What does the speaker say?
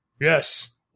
Yes